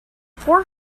four